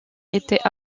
étaient